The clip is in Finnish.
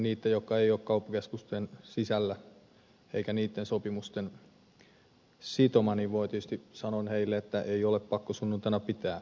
niille jotka eivät ole kauppakeskusten sisällä eivätkä niitten sopimusten sitomia sanon että ei ole pakko sunnuntaina pitää auki